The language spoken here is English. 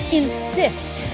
insist